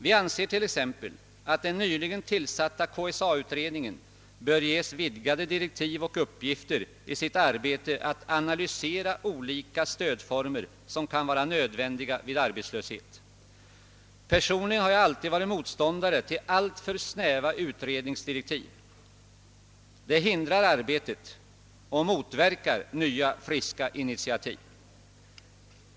Vi anser t.ex. att den nyligen tillsatta KSA-utredningen bör ges vidgade direktiv och uppgifter i sitt arbete att analysera olika stödformer som kan vara nödvändiga vid arbetslöshet. Personligen har jag alltid varit motståndare till alltför snäva utredningsdirektiv. De hindrar arbetet och motverkar nya friska initiativ.